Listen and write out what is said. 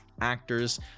actors